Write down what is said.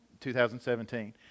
2017